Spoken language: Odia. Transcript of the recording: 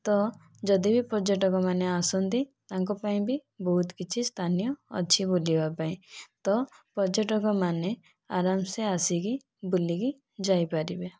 ତ ଯଦି ବି ପର୍ଯ୍ୟଟକ ମାନେ ଆସନ୍ତି ତାଙ୍କ ପାଇଁ ବି ବହୁତ କିଛି ସ୍ଥାନ ଅଛି ବୁଲିବା ପାଇଁ ତ ପର୍ଯ୍ୟଟକ ମାନେ ଆରାମ୍ ସେ ଆସିକି ବୁଲିକି ଯାଇ ପାରିବେ